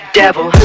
devil